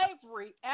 slavery